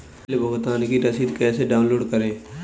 Bill भुगतान की रसीद कैसे डाउनलोड करें?